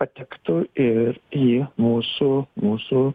patektų ir į mūsų mūsų